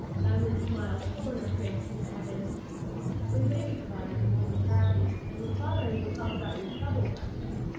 diamond smiled full in her face, and added when baby cries and won't be happy, and when father and you talk about your troubles, i mean.